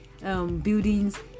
buildings